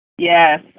Yes